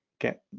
get